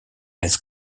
his